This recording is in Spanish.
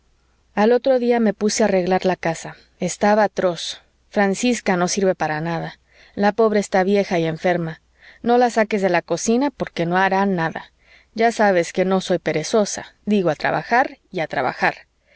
al otro día me puse a arreglar la casa estaba atroz francisca no sirve para nada la pobre está vieja y enferma no la saques de la cocina porque no hará nada ya sabes que no soy perezosa digo a trabajar y a trabajar